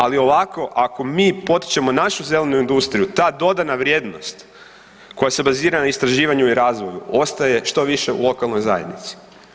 Ali ovako ako mi potičemo našu zelenu industriju, ta dodana vrijednost koja se bazira na istraživanju i razvoju ostaje što više u lokalnoj zajednici.